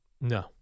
No